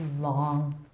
long